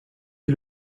ici